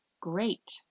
Great